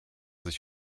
sich